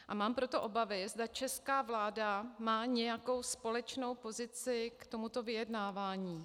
A mám proto obavy, zda česká vláda má nějakou společnou pozici k tomuto vyjednávání.